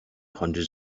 hundreds